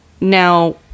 now